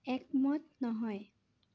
একমত নহয়